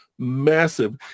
massive